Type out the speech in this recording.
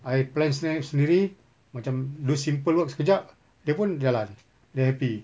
I plan step sendiri macam do simple work sekejap dia pun jalan they happy